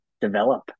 develop